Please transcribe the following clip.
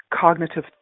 cognitive